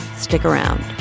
stick around